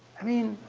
i mean,